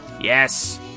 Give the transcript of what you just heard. Yes